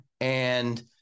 And-